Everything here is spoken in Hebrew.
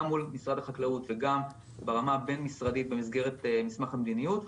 גם מול משרד החקלאות וגם ברמה הבין-משרדית במסגרת מסמך המדיניות,